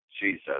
Jesus